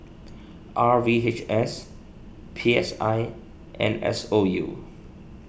R V H S P S I and S O U